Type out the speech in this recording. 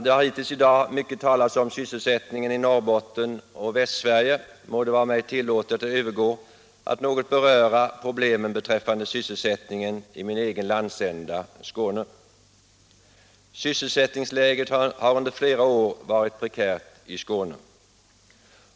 Det har hittills i dag talats mycket om sysselsättningen i Norrbotten och Västsverige. Må det vara mig tillåtet att övergå till att något beröra problemen beträffande sysselsättningen i min egen landsända Skåne. Sysselsättningsläget i Skåne har under flera år varit prekärt.